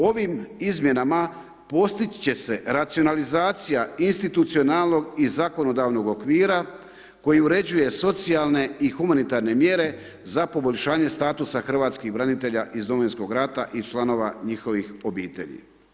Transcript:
Ovim izmjenama postići će se racionalizacija institucionalnog i zakonodavnog okvira koji uređuje socijalne i humanitarne mjere za poboljšanje statusa hrvatskih branitelja iz Domovinskog rata i članova njihovih obitelji.